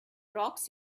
rocks